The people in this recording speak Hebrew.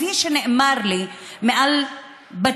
כפי שנאמר לי בטלוויזיה,